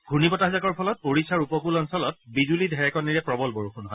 ঘূৰ্ণী বতাহজাকৰ ফলত ওড়িশাৰ উপকূল অঞ্চলত বিজুলী ঢেৰেকনিৰে প্ৰৱল বৰষুণ হয়